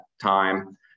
time